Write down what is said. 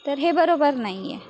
तर हे बरोबर नाही आहे